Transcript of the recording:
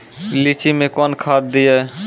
लीची मैं कौन खाद दिए?